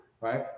right